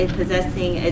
possessing